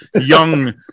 young